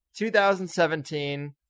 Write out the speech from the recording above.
2017